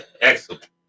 excellent